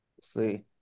See